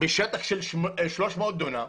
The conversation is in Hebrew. בשטח של 300 דונם.